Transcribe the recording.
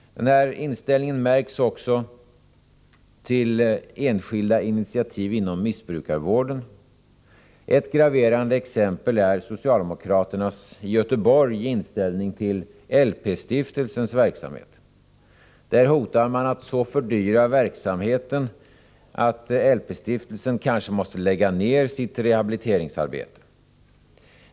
Den här inställningen märks också beträffande enskilda initiativ inom missbrukarvården. Ett graverande exempel är socialdemokraternas i Göteborg inställning till LP-stiftelsens verksamhet. Där hotar man att så fördyra verksamheten att LP-stiftelsen kanske måste lägga ned sitt rehabiliteringsarbete.